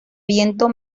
viento